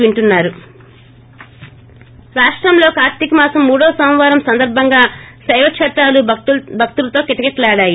break రాష్టంలో కార్తీకమాసం మూడో నోమవారం సందర్సంగా శైవశ్తేత్రాలు భక్తులతో కిటకిటలాడాయి